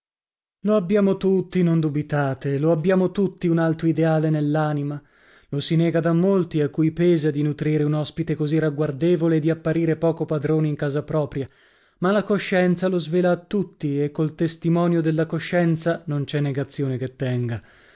lo abbiamo tutti non dubitate lo abbiamo tutti un alto ideale nell'anima lo si nega da molti a cui pesa di nutrire un ospite così ragguardevole e di apparire poco padroni in casa propria ma la coscienza lo svela a tutti e col testimonio della coscienza non c'è negazione che tenga